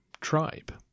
tribe